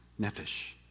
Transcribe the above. Nefesh